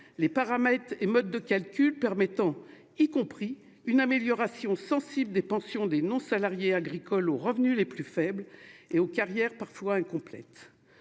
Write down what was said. les paramètres et le mode de calcul permettant d'améliorer sensiblement les pensions des non-salariés agricoles aux revenus les plus faibles et aux carrières parfois incomplètes.